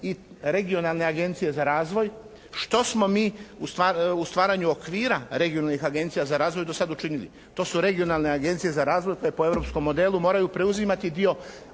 i regionalne agencije za razvoj, što smo mi u stvaranju okvira regionalnih agencija za razvoj do sada učinili. To su regionalne agencije za razvoj, to po europskom modelu moraju preuzimati dio